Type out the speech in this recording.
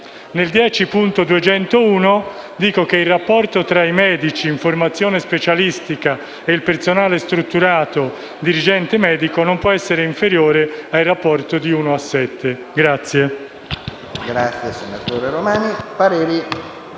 10.201 dispone: «Il rapporto tra medici in formazione specialistica e personale strutturato dirigente medico non può essere inferiore al rapporto di uno a sette»